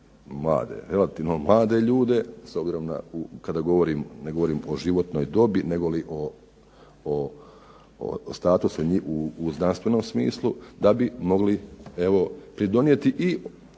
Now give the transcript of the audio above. na, kada govorim, ne govorim o životnoj dobi negoli o statusu u znanstvenom smislu da bi mogli evo pridonijeti i